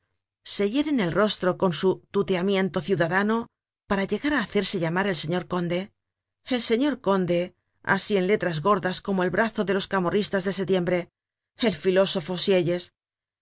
se hieren el rostro con su tuteamiento ciudadano para llegar á hacerse llamar el señor conde el señor conde asi en letras gordas como el brazo de los camorristas de setiembre el filósofo sieyes